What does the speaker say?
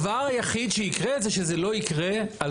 זה אתם תצטרכו להסביר למה.